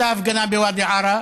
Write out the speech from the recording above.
הייתה הפגנה בוואדי עארה